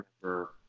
remember